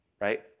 right